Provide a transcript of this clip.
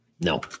No